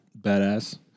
badass